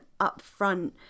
upfront